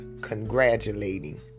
congratulating